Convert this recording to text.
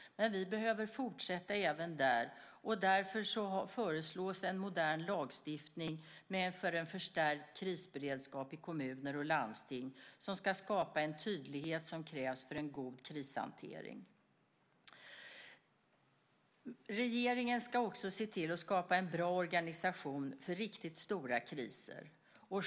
Men vi behöver fortsätta även där. Därför föreslås en modern lagstiftning med en förstärkt krisberedskap i kommuner och landsting som ska skapa en tydlighet som krävs för en god krishantering. Regeringen ska också se till att skapa en bra organisation för riktigt stora kriser.